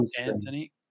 Anthony